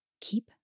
Keep